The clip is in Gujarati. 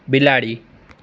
બિલાડી